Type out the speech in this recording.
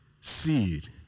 seed